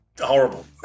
horrible